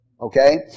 Okay